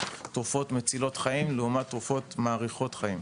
תרופות מצילות חיים לעומת תרופות מאריכות חיים.